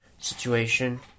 situation